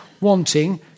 wanting